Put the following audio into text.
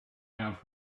have